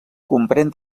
comprèn